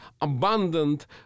abundant